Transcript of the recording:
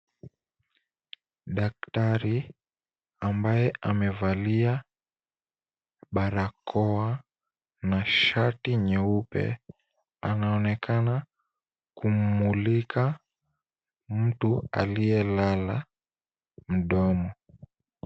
Daktari ambaye amevalia barakoa na shati nyeupe anaonekana kumulika mtu aliyelala mdomo.